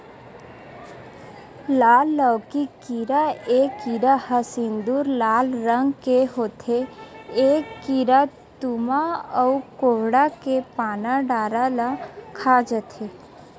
लाल लौकी कीरा ए कीरा ह सिंदूरी लाल रंग के होथे ए कीरा तुमा अउ कोड़हा के पाना डारा ल खा जथे